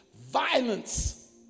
violence